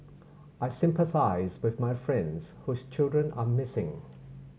I sympathise with my friends whose children are missing